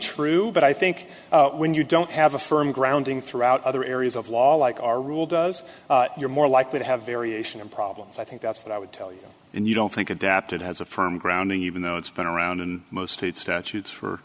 true but i think when you don't have a firm grounding throughout other areas of law like our rule does you're more likely to have variation and problems i think that's what i would tell you and you don't think adapted has a firm ground even though it's been around in most states statutes for